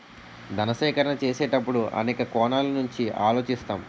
ధన సేకరణ చేసేటప్పుడు అనేక కోణాల నుంచి ఆలోచిస్తాం